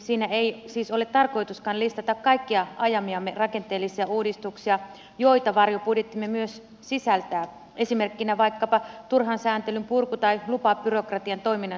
siinä ei siis ole tarkoituskaan listata kaikkia ajamiamme rakenteellisia uudistuksia joita varjobudjettimme myös sisältää esimerkkinä vaikkapa turhan sääntelyn purku tai lupabyrokratian toiminnan selkeyttäminen